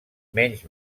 menys